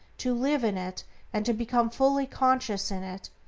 to live in it and to become fully conscious in it,